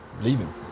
leaving